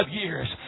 years